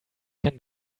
can